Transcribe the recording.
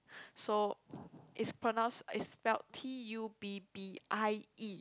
so it's pronounced it's spelled T U B B I E